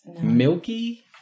milky